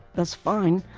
that's fine,